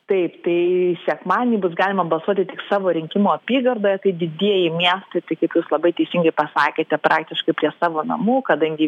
taip tai sekmadienį bus galima balsuoti tik savo rinkimų apygardoje tai didieji miestai tai kaip jūs labai teisingai pasakėte praktiškai prie savo namų kadangi